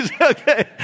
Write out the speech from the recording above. Okay